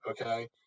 okay